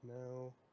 No